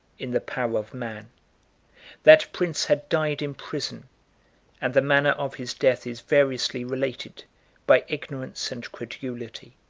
in the power of man that prince had died in prison and the manner of his death is variously related by ignorance and credulity.